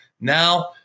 Now